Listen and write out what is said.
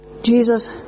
Jesus